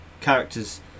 characters